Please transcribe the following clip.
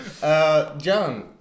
John